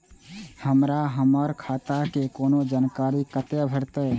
हमरा हमर खाता के कोनो जानकारी कते भेटतै